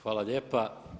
Hvala lijepa.